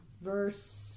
verse